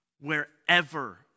wherever